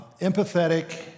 empathetic